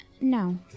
No